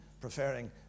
preferring